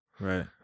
Right